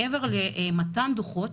מעבר למתן דוחות,